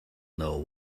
know